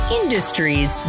industries